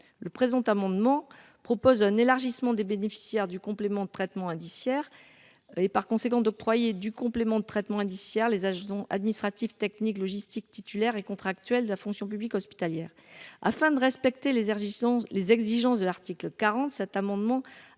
le présent amendement propose un élargissement des bénéficiaires du complément de traitement indiciaire et par conséquent d'octroyer du complément de traitement indiciaire les agents administratifs, techniques, logistiques, titulaires et contractuels de la fonction publique hospitalière afin de respecter les existences les exigences de l'article 40, cet amendement